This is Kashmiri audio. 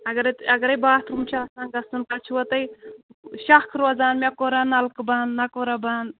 اَگرے اَگرَے باتھ روٗم چھِ آسان گژھُن تَتہِ چھُوا تۄہہِ شَکھ روزان مےٚ کورا نَلکہٕ بنٛد نہَ کورا بنٛد